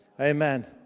Amen